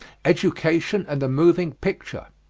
education and the moving picture.